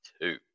two